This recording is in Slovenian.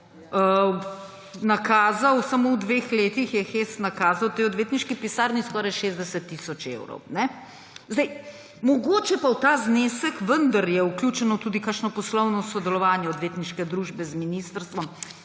o. o. – samo v dveh letih je HESS nakazal tej odvetniški pisarni skoraj 60 tisoč evrov. Zdaj, mogoče pa je v ta znesek vendar vključeno tudi kakšno poslovno sodelovanje odvetniške družbe z ministrstvom,